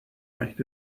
reicht